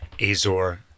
Azor